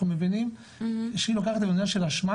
אנחנו מבינים שהיא לוקחת את זה לאשמה,